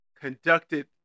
conducted